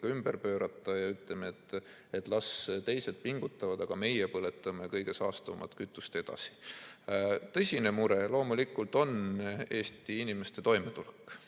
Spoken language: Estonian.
ümber pöörata ja las teised pingutavad, aga meie põletame kõige saastavamat kütust edasi. Tõsine mure loomulikult on Eesti inimeste toimetulek